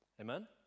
Amen